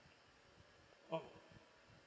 mm